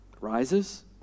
rises